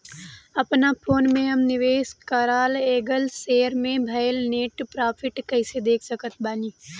अपना फोन मे हम निवेश कराल गएल शेयर मे भएल नेट प्रॉफ़िट कइसे देख सकत बानी?